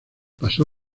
pasó